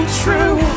true